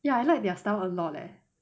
ya I like their style a lot leh